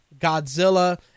Godzilla